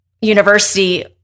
university